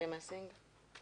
באחוזי חומר יבש שונים.